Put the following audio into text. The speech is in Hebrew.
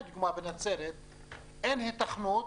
לדוגמה, בנצרת אין היתכנות